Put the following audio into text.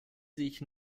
sich